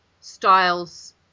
styles